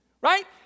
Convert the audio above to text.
Right